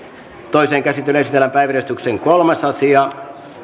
toiseen käsittelyyn esitellään päiväjärjestyksen kolmas asia